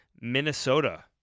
Minnesota